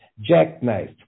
jackknife